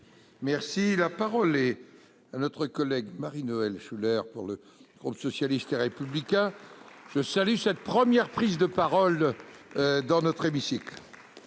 ! La parole est à Mme Marie-Noëlle Schoeller, pour le groupe socialiste et républicain. Je salue sa première prise de parole dans notre hémicycle